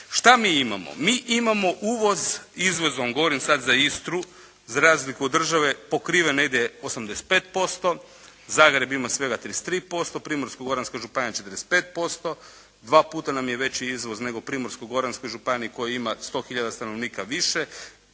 Šta mi imamo? Mi imamo uvoz, izvoz vam govorim sad za Istru za razliku od države pokriva negdje 85%. Zagreb ima svega 33%. Primorsko-Goranska županija 45%. Dva puta nam je veći izvoz nego Primorsko-Goranskoj županiji koja ima 100 hiljada stanovnika više.